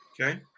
okay